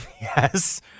Yes